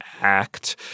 Act